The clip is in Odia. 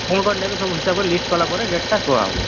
କ'ଣ କ'ଣ ନେବେ ସବୁ ହିସାବରେ ଲିଷ୍ଟ୍ କଲାପରେ ରେଟ୍ଟା କୁହାହେବ